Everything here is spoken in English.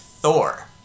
Thor